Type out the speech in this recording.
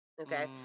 Okay